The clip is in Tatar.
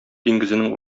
диңгезенең